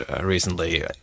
recently